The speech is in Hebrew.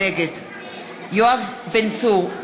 נגד יואב בן צור,